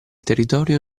territorio